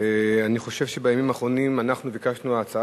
אני חושב שבימים האחרונים אנחנו ביקשנו הצעה